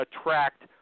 attract